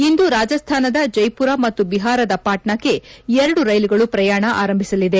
ಇಂದು ರಾಜಸ್ಥಾನದ ಜೈಮರ ಮತ್ತು ಬಿಹಾರದ ಪಾಟ್ನಾಕ್ಕೆ ಎರಡು ರೈಲುಗಳು ಪ್ರಯಾಣ ಆರಂಭಿಸಲಿದೆ